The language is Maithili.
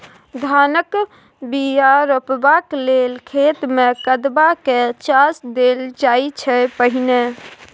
धानक बीया रोपबाक लेल खेत मे कदबा कए चास देल जाइ छै पहिने